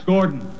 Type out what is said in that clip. Gordon